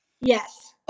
Yes